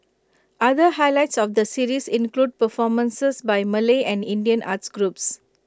other highlights of the series include performances by Malay and Indian arts groups